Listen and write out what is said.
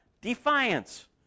defiance